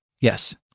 Yes